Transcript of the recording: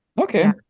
Okay